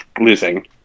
losing